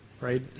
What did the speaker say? Right